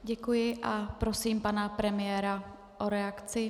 Děkuji a prosím pana premiéra o reakci.